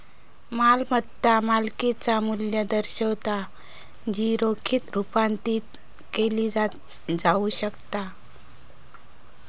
मालमत्ता मालकिचा मू्ल्य दर्शवता जी रोखीत रुपांतरित केली जाऊ शकता